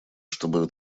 чтобы